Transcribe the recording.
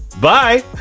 Bye